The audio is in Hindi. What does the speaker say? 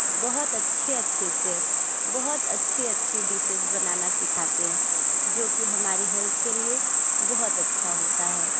बहुत अच्छे अच्छे शेफ़ बहुत अच्छी अच्छी डिशिज़ बनाना सिखाते हैं जो कि हमारी हेल्थ के लिए बहुत अच्छा होता है